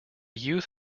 youth